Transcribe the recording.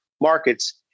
markets